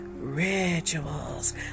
rituals